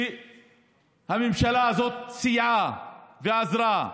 שהממשלה הזאת סייעה ועזרה: